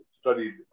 studied